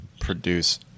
produce